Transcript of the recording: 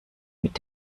mit